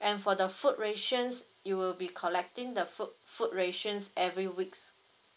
and for the food rations you will be collecting the food food rations every weeks